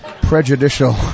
prejudicial